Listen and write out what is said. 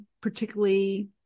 particularly